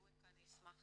אווקה אני אשמח